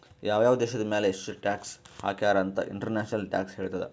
ಯಾವ್ ಯಾವ್ ದೇಶದ್ ಮ್ಯಾಲ ಎಷ್ಟ ಟ್ಯಾಕ್ಸ್ ಹಾಕ್ಯಾರ್ ಅಂತ್ ಇಂಟರ್ನ್ಯಾಷನಲ್ ಟ್ಯಾಕ್ಸ್ ಹೇಳ್ತದ್